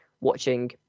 watching